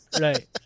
right